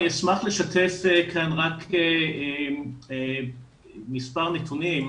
אשמח לשתף כאן מספר נתונים.